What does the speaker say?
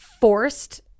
forced